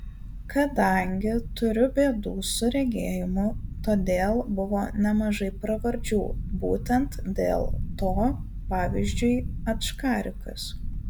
kadangi turiu bėdų su regėjimu todėl buvo nemažai pravardžių būtent dėl to pavyzdžiui ačkarikas